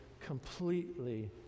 completely